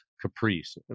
Caprice